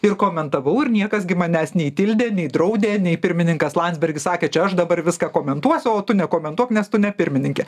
ir komentavau ir niekas gi manęs nei tildė nei draudė nei pirmininkas landsbergis sakė čia aš dabar viską komentuosiu o tu nekomentuok nes tu ne pirmininkė